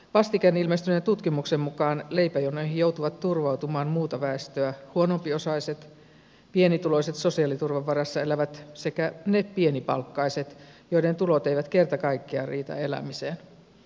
vastikään ilmestyneen tutkimuksen mukaan leipäjonoihin joutuvat turvautumaan muuta väestöä huonompiosaiset pienituloiset sosiaaliturvan varassa elävät sekä ne pienipalkkaiset joiden tulot eivät kerta kaikkiaan riitä elämiseen